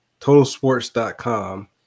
Totalsports.com